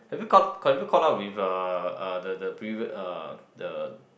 have you caught~ have you caught up with uh the the preview uh the